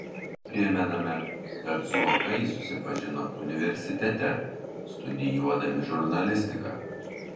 primename kad zuokai susipažino universitete studijuodami žurnalistiką